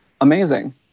amazing